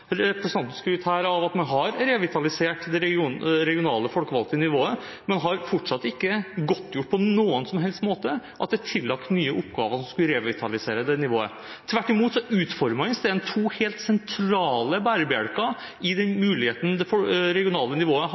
Representanten skryter her av at man har revitalisert det regionale folkevalgte nivået, men har fortsatt ikke godtgjort på noen som helst måte at det er tillagt nye oppgaver som skulle revitalisere det nivået. Tvert imot utfordrer man isteden to helt sentrale bærebjelker i den muligheten det regionale nivået